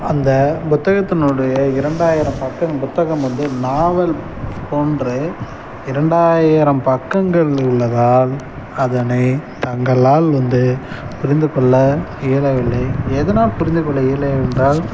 அந்த புத்தகத்தினுடைய இரண்டாயிரம் பக்கம் புத்தகம் வந்து நாவல் போன்று இரண்டாயிரம் பக்கங்கள் உள்ளதால் அதனை தங்களால் வந்து புரிந்து கொள்ள இயலவில்லை எதனால் புரிந்து கொள்ள இயலவில்லை என்றால்